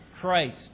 Christ